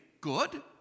good